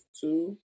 two